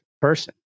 person